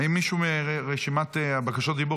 האם מישהו מבין אלה שנמצאים ברשימת בקשות הדיבור,